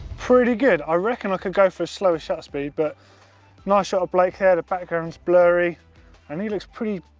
pretty good. i reckon i could go for a slower shot speed, but nice shot of blake here. the background's blurry and he looks pretty,